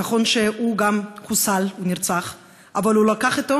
נכון שהוא גם חוסל, הוא נרצח, אבל הוא לקח אתו